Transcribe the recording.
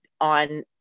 on